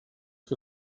que